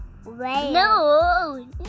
No